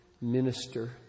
minister